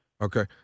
Okay